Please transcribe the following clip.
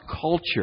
culture